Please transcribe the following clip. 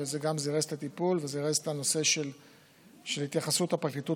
וזה גם זירז את הטיפול וזירז את הנושא של התייחסות הפרקליטות